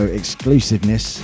exclusiveness